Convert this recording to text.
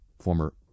former